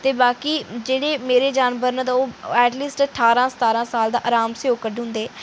ते बाकी मेरे जेह्ड़े जानवर न ऐटलीस्ट ठारां सतारां साल कड्ढी ओड़दे